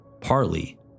partly